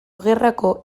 gerrako